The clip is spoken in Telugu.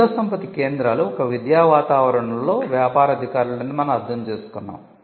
మేధోసంపత్తి కేంద్రాలు ఒక విద్యా వాతావరణంలో వ్యాపార అధికారులు అని మనం అర్థం చేసుకున్నాము